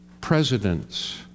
presidents